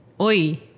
oi